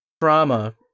trauma